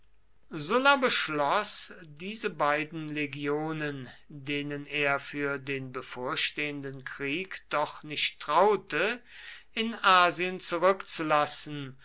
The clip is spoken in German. sulla beschloß diese beiden legionen denen er für den bevorstehenden krieg doch nicht traute in asien zurückzulassen